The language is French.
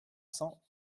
cents